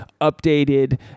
updated